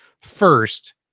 First